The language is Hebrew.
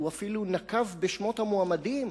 והוא אפילו נקב בשמות המועמדים,